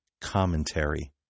commentary